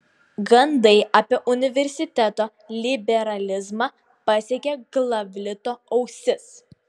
gandai apie universiteto liberalizmą pasiekė glavlito ausis